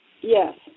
Yes